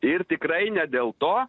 ir tikrai ne dėl to